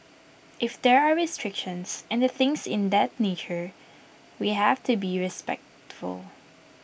if there are restrictions and the things in that nature we have to be respectful